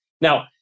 Now